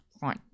fine